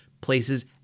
places